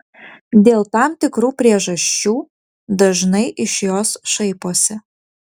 dėl tam tikrų priežasčių dažnai iš jos šaiposi